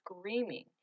screaming